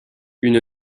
une